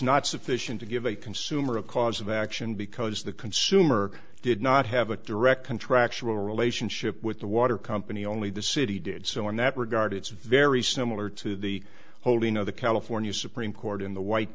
not sufficient to give a consumer a cause of action because the consumer did not have a direct contractual relationship with the water company only the city did so in that regard it's very similar to the holding of the california supreme court in the white